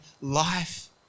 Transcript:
life